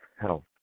health